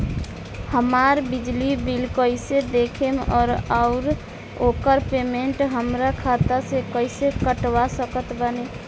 हमार बिजली बिल कईसे देखेमऔर आउर ओकर पेमेंट हमरा खाता से कईसे कटवा सकत बानी?